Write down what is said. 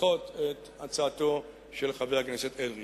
לדחות את הצעתו של חבר הכנסת אדרי.